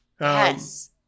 Yes